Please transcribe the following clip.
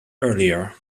earlier